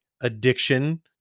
addiction